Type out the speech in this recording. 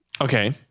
okay